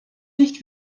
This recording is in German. nicht